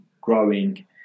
growing